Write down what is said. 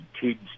kids